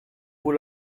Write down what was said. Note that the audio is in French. vous